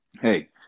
hey